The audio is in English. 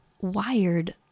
wired